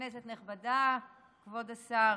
כנסת נכבדה, כבוד השר,